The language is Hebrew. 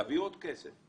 תביאו עוד כסף.